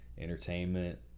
entertainment